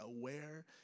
aware